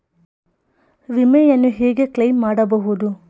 ವಿಮೆಯನ್ನು ಹೇಗೆ ಕ್ಲೈಮ್ ಮಾಡುವುದು?